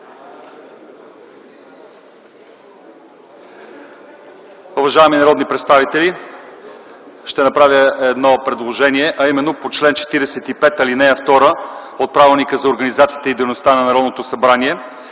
Уважаеми народни представители, ще направя едно предложение, а именно по чл. 45, ал. 2 от Правилника за организацията и дейността на Народното събрание.